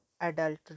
adult